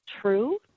true